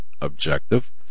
objective